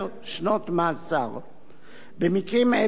במקרים אלו מעשה מגונה הוא העבירה שמגלמת